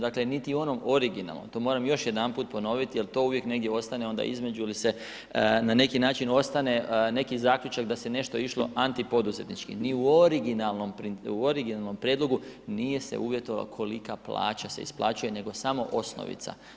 Dakle, niti u onom originalnom, to moram još jedanput ponoviti jel to uvijek negdje ostane onda između ili se na neki način ostane neki zaključak da se nešto išlo antipoduzetnički, ni u originalnom prijedlogu nije se uvjetovalo kolika plaća se isplaćuje, nego samo osnovica.